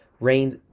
RAIN's